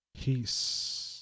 peace